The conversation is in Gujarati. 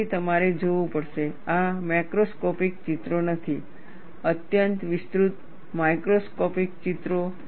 તેથી તમારે જોવું પડશે આ મેક્રોસ્કોપિક ચિત્રો નથી અત્યંત વિસ્તૃત માઇક્રોસ્કોપિક ચિત્રો